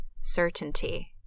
Certainty